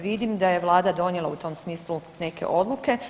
Vidim da je vlada donijela u tom smislu neke odluke.